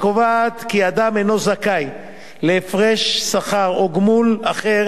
הקובעת כי אדם אינו זכאי להפרש שכר או גמול אחר